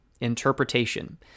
interpretation